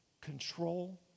control